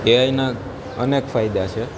એઆઈના અનેક ફાયદા છે